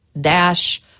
dash